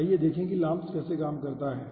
तो आइए देखें कि LAMMPS कैसे काम करता है